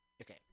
Okay